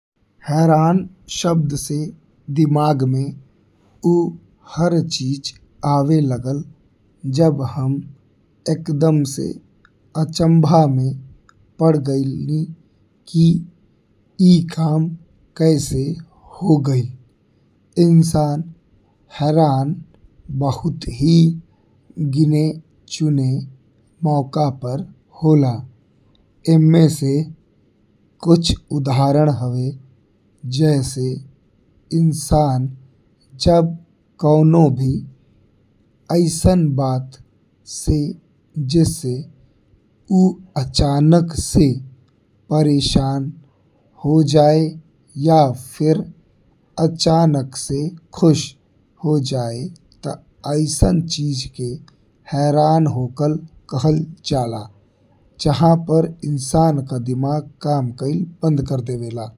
हैरान शब्द से दिमाग में ऊ हर चीज आवे लागल जब हम एकदम से अचम्भा में पड़ गइल कि ई काम कैसे हो गइल। इंसान हैरान बहुत ही गिने चुने मौका पर होला। इमें से कुछ उदाहरण हवे जैसे इंसान जब कउनो भी अइसन बात से जैसे ऊ अचानक से परेशान हो जाई या फिर अचानक से खुश हो जाई। ते अइसन चीज के हैरान होकल कहल जाला जहन पर इंसान का दिमाग काम कईल बंद कर देवेला।